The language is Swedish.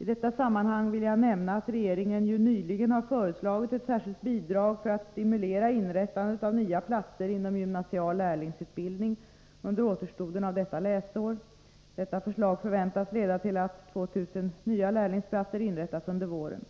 I detta sammanhang vill jag nämna att regeringen nyligen har föreslagit ett särskilt bidrag för att stimulera inrättandet av nya platser inom gymnasial lärlingsutbildning under återstoden av detta läsår. Detta förslag förväntas leda till att 2 000 nya lärlingsplatser inrättas under våren.